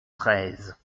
treize